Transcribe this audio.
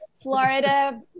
Florida